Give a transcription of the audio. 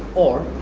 or